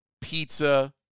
pizza